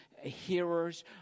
hearers